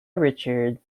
richards